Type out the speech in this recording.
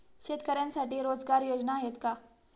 शेतकऱ्यांसाठी रोजगार योजना आहेत का?